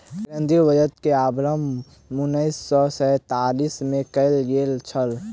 केंद्रीय बजट के आरम्भ उन्नैस सौ सैंतालीस मे कयल गेल छल